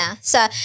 so-